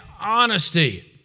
honesty